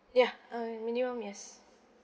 ya uh minimum yes